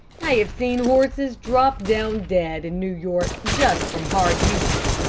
i have seen horses drop down dead in new york just from hard usage.